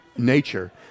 nature